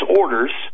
orders